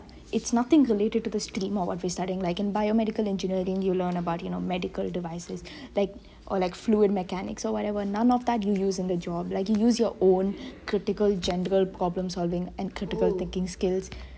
it's nothing related to the stream of what we are studying like in biomedical engineering you learn about medical devices or like fluid mechanics whatever none of that you use in the job like you use your own critical general problem solving and critical thinking skills